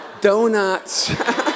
Donuts